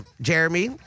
Jeremy